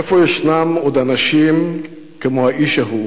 "איפה ישנם עוד אנשים כמו האיש ההוא?"